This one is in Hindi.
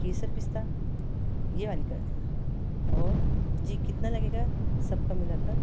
केसर पिस्ता ये वाली कर देना और जी कितना लगेगा सब का मिला कर